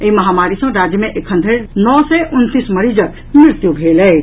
एहि महामारी सँ राज्य मे एखन धरि नओ सय उनतीस मरीजक मृत्यु भेल अछि